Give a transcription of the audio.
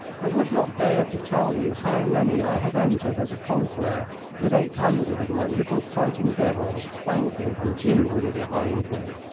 i would not dare to tell you how many i have entered as a conqueror with eight hundred of my little fighting devils clanking and jingling behind me.